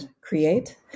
create